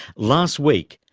last week,